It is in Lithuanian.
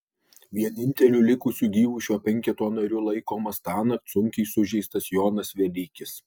vieninteliu likusiu gyvu šio penketo nariu laikomas tąnakt sunkiai sužeistas jonas velykis